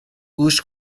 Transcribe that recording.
گوش